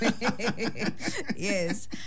Yes